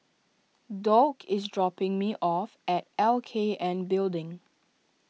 Doug is dropping me off at L K N Building